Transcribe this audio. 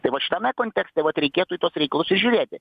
tai va šitame kontekste vat reikėtų į tuos reikalus ir žiūrėti